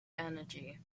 energy